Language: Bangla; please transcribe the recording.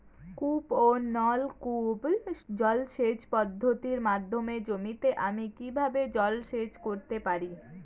কূপ ও নলকূপ জলসেচ পদ্ধতির মাধ্যমে জমিতে আমি কীভাবে জলসেচ করতে পারি?